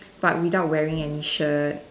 but without wearing any shirt